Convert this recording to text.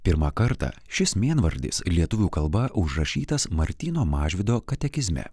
pirmą kartą šis mėnvardis lietuvių kalba užrašytas martyno mažvydo katekizme